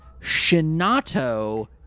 Shinato